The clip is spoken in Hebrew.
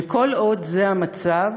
וכל עוד זה המצב,